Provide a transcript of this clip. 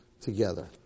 together